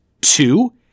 Two